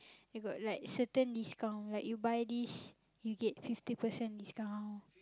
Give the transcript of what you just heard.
you got like certain discount like you buy this you get fifty percent discount